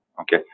Okay